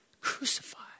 Crucified